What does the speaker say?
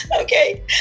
okay